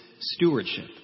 stewardship